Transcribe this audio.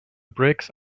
bricks